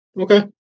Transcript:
Okay